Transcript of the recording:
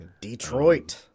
Detroit